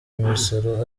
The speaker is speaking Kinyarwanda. imisoro